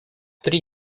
три